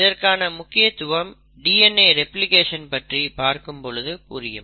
இதற்கான முக்கியத்துவம் DNA replication பற்றி பார்க்கும் பொழுது புரியும்